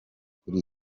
kuri